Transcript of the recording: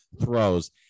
throws